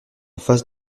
face